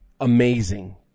Amazing